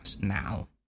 Now